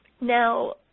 Now